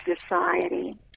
society